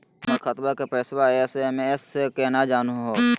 हमर खतवा के पैसवा एस.एम.एस स केना जानहु हो?